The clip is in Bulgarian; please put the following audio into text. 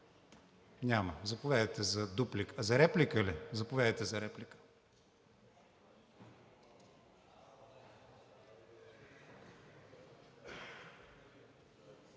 Няма. Заповядайте за дуплика,